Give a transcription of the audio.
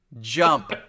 jump